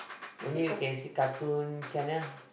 only we can see cartoon channel